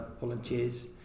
volunteers